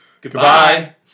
Goodbye